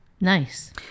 Nice